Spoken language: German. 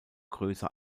größer